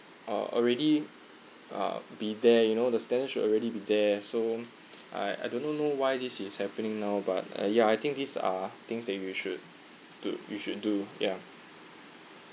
err already uh be there you know the standard should already be there so I I do not know why this is happening now but uh yeah I think these are things that you you should do you should do ya